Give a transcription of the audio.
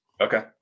Okay